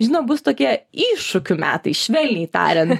žinom bus tokie iššūkių metai švelniai tarian